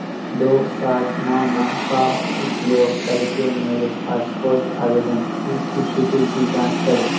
दो सात सात नौ का उपयोग करके मेरे पासपोर्ट आवेदन की स्थिति की जाँच करें